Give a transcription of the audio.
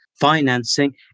financing